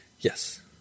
Yes